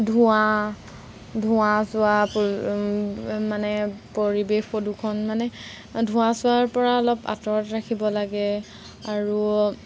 ধোঁৱা ধোঁৱা চোৱা মানে পৰিৱেশ প্ৰদূষণ মানে ধোঁৱা চোৱাৰপৰা অলপ আঁতৰত ৰাখিব লাগে আৰু